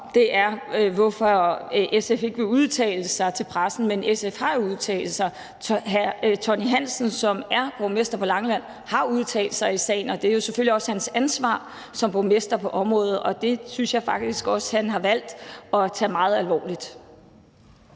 om, er, hvorfor SF ikke vil udtale sig til pressen. Men SF har jo udtalt sig. Tonni Hansen, som er borgmester på Langeland, har udtalt sig i sagen, og det er jo selvfølgelig også hans ansvar som borgmester på området. Det synes jeg faktisk også han har valgt at tage meget alvorligt.